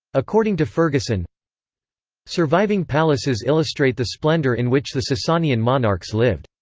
according to fergusson surviving palaces illustrate the splendor in which the sasanian monarchs lived.